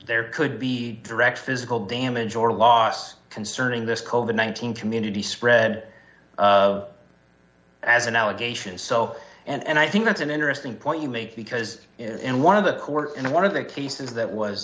there could be direct physical damage or loss concerning this code in one thousand community spread of as an allegation so and i think that's an interesting point you make because in one of the court and one of the cases that was